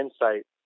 insight